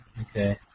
Okay